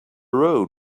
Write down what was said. road